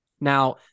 Now